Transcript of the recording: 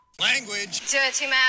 language